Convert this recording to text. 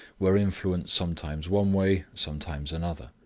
were influenced sometimes one way, sometimes another.